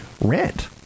rent